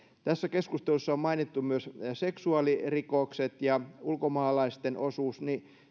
tässä keskustelussa on mainittu myös seksuaalirikokset ja ulkomaalaisten osuus